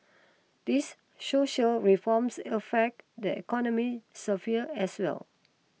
these social reforms affect the economy sphere as well